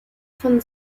von